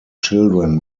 children